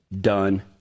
done